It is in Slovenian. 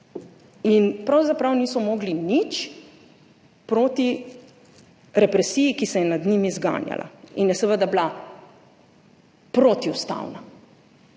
In pravzaprav niso mogli nič proti represiji, ki se je nad njimi zganjala in je seveda bila protiustavna